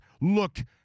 look